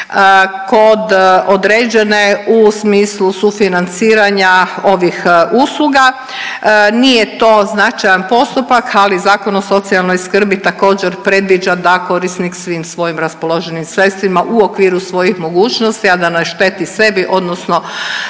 kod određene u smislu sufinanciranja ovih usluga. Nije to značajan postupak, ali Zakon o socijalnoj skrbi također predviđa da korisnik svim svojim raspoloživim sredstvima u okviru svojih mogućnosti, a da ne šteti sebi odnosno